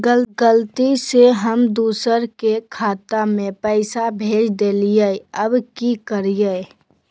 गलती से हम दुसर के खाता में पैसा भेज देलियेई, अब की करियई?